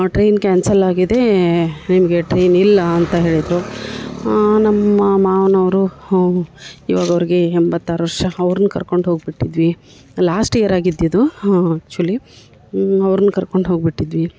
train cancel ಆಗಿದೆ ನಿಮಗೆ train ಇಲ್ಲ ಅಂತ ಹೇಳಿದರು ನಮ್ಮ ಮಾವನವರು ಇವಾಗ ಅವ್ರಿಗೆ ಎಂಬತ್ತಾರು ವರ್ಷ ಅವರನ್ನು ಕರ್ಕೊಂಡು ಹೋಗಿಬಿಟ್ಟಿದ್ವಿ ಲಾಸ್ಟ್ ಇಯರ್ ಆಗಿದ್ದು ಇದು ಆ್ಯಕ್ಚುಲಿ ಅವ್ರ್ನ ಕರ್ಕೊಂಡು ಹೋಗಿಬಿಟ್ಟಿದ್ವಿ